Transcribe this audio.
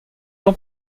ans